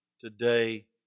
today